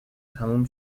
تموم